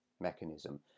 mechanism